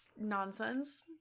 Nonsense